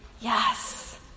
yes